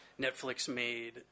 Netflix-made